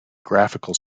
graphical